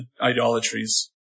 idolatries